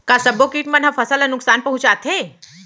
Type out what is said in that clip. का सब्बो किट मन ह फसल ला नुकसान पहुंचाथे?